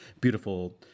beautiful